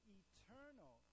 eternal